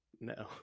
No